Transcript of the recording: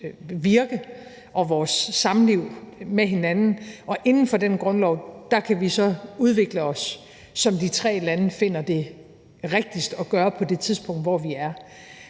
virke og vores samliv med hinanden. Og inden for den grundlov kan vi så udvikle os, som de tre lande finder det rigtigst at gøre på det tidspunkt, hvor vi er.